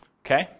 Okay